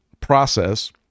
process